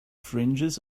fringes